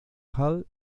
hall